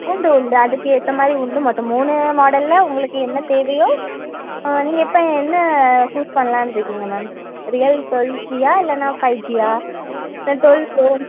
உண்டு உண்டு அதுக்கேத்தமாதிரி உண்டு மற்ற மூணு மாடலில் உங்களுக்கு என்ன தேவையோ நீங்கள் இப்போ என்ன சூஸ் பண்ணலான் இருக்கீங்க மேம் ரியல் ட்வெல் சியா இல்லைன்னா ஃபைவ் ஜியா இல்லை ட்வெல் ப்ரோ